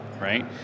right